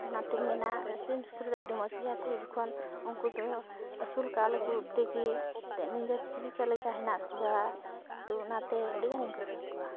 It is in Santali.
ᱚᱱᱟᱛᱮᱧ ᱢᱮᱱᱟ ᱥᱤᱢ ᱥᱩᱠᱨᱤ ᱫᱚ ᱟᱹᱰᱤ ᱢᱚᱡᱽ ᱜᱮᱭᱟᱠᱚ ᱡᱚᱠᱷᱚᱱ ᱩᱱᱠᱩ ᱫᱚ ᱟᱹᱥᱩᱞ ᱟᱠᱟᱫ ᱠᱚ ᱛᱮᱜᱮ ᱱᱤᱡᱮᱨ ᱡᱤᱵᱤᱠᱟ ᱞᱮᱠᱟ ᱦᱮᱱᱟᱜ ᱠᱚᱣᱟ ᱛᱳ ᱚᱱᱟᱛᱮ ᱟᱹᱰᱤᱜᱟᱱᱤᱧ ᱠᱩᱥᱤᱭᱟ ᱠᱚᱣᱟ